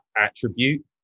attribute